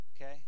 okay